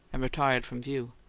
and retired from view.